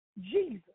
Jesus